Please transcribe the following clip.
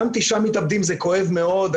גם 9 מתאבדים זה כואב מאוד,